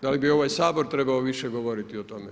Da li bi ovaj Sabor trebao više govoriti o tome?